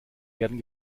werden